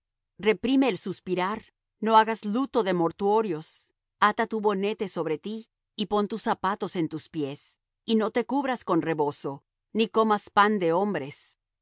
reprime el suspirar no hagas luto de mortuorios ata tu bonete sobre ti y pon tus zapatos en tus pies y no te cubras con rebozo ni comas pan de hombres